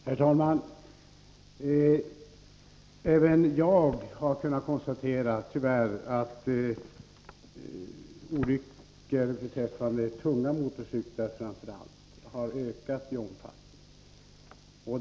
Herr talman! Även jag har kunnat konstatera att olyckor med framför allt tunga motorcyklar tyvärr har ökat i omfattning.